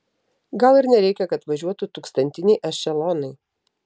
gal ir nereikia kad važiuotų tūkstantiniai ešelonai